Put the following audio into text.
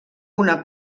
una